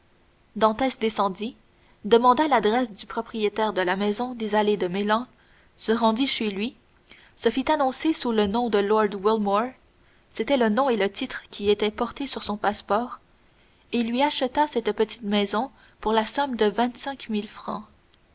dantès descendit demanda l'adresse du propriétaire de la maison des allées de meilhan se rendit chez lui se fit annoncer sous le nom de lord wilmore c'était le nom et le titre qui étaient portés sur son passeport et lui acheta cette petite maison pour la somme de vingt-cinq mille francs